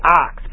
ox